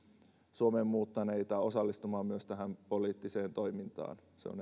suomeen muuttaneita osallistumaan poliittiseen toimintaan se on